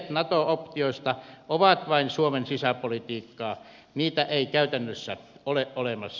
kliseet nato optioista ovat vain suomen sisäpolitiikkaa niitä ei käytännössä ole olemassa